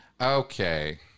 Okay